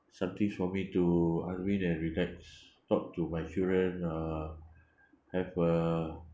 some things for me to unwind and relax talk to my children uh have a